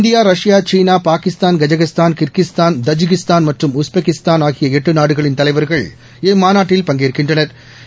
India Russia China Pakistan Kazakhstan Kyrgyzstan Tajikistan மற்றம் Uzbekistan ஆகிய எட்டு நாடுகளின் தலைவா்கள் இம்மாநாட்டில் பங்கேற்கின்றனா்